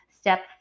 step